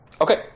Okay